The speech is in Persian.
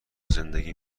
زندگی